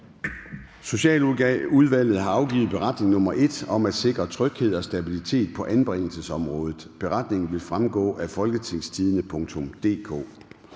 Socialudvalget har afgivet Beretning om at sikre tryghed og stabilitet på anbringelsesområdet. (Beretning nr. 1). Beretningen vil fremgå af www.folketingstidende.dk.